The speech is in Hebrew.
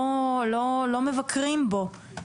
לא מבקרים בו.